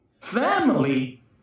Family